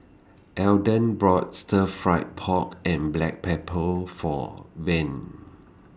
Ayden bought Stir Fried Pork and Black Pepper For Vern